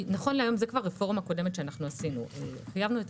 נכון להיום זאת רפורמה קודמת שעשינו - חייבנו את